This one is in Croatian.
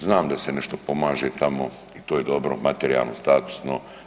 Znam da se nešto pomaže tamo i to je dobro, materijalno, statusno.